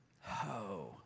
Ho